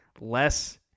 less